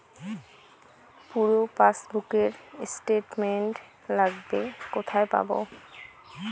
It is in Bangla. পুরো পাসবুকের স্টেটমেন্ট লাগবে কোথায় পাব?